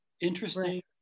Interesting